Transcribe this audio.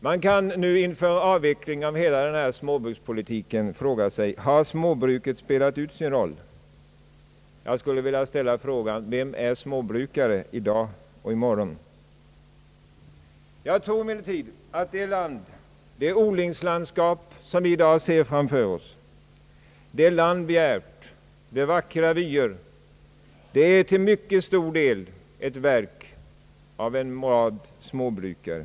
Man kan nu inför avvecklingen av hela småbrukspolitiken fråga sig: Har småbruken spelat ut sin roll? Jag skulle vilja ställa frågan: Vem är småbrukare i dag och i morgon? Jag tror emellertid att det odlingslandskap som vi i dag ser framför oss, dei land vi ärvt, de vackra vyerna, till mycket stor del är ett verk av en rad av småbrukare.